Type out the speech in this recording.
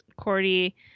Cordy